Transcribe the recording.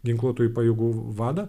ginkluotųjų pajėgų vadą